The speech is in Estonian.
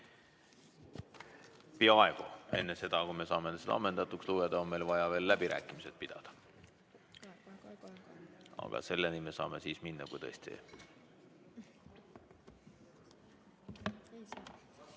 Peaaegu. Enne seda, kui me saame selle ammendatuks lugeda, on meil vaja veel läbirääkimised pidada. Aga selleni me saame siis minna, kui tõesti